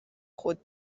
خود